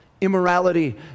immorality